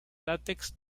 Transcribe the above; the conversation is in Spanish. látex